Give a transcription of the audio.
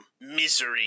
misery